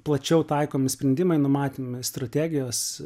plačiau taikomi sprendimai numatymas strategijos